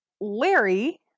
Larry